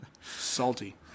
Salty